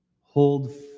hold